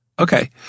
Okay